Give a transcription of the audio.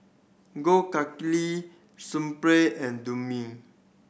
Gold Kili Sunplay and Dumex